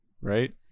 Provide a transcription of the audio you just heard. Right